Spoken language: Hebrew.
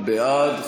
בעד,